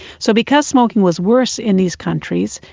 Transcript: so because smoking was worse in these countries,